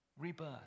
Rebirth